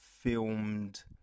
filmed